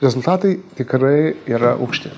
rezultatai tikrai yra aukšti